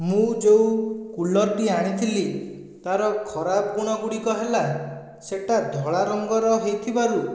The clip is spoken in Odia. ମୁଁ ଯେଉଁ କୁଲର୍ଟି ଆଣିଥିଲି ତାର ଖରାପ ଗୁଣ ଗୁଡ଼ିକ ହେଲା ସେଇଟା ଧଳା ରଙ୍ଗର ହୋଇଥିବାରୁ